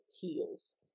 Heels